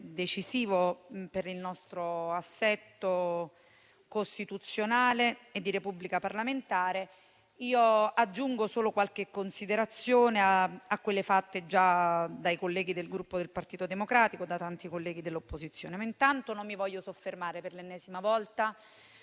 decisivo per il nostro assetto costituzionale e di Repubblica parlamentare. Aggiungo solo qualche considerazione a quelle già fatte dai colleghi del Gruppo Partito Democratico e da tanti colleghi dell'opposizione. Non mi voglio soffermare per l'ennesima volta